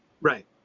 right